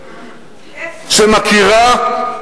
איפה?